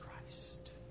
Christ